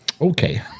okay